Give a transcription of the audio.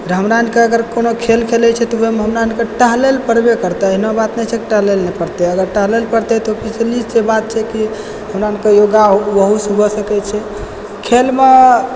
हमरा अरके कोनो खेल खेलैत छियै तऽ ओहिमे हमरा अरके टहलयलऽ परबे करतय एहना बात नहि छै की टहलयलऽ नहि परतै अगर टहलयलऽ परतै तऽ बात छै की हमरा अरके योगा वहुसँ भऽ सकैत छै खेलमे